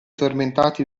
tormentati